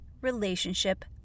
relationship